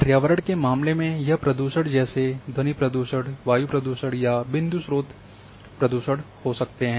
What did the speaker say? पर्यावरण के मामले में यह प्रदूषण जैसे ध्वनि प्रदूषण वायु प्रदूषण या बिंदु स्रोत प्रदूषण हो सकते हैं